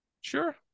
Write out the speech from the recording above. Sure